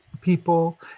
people